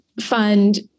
fund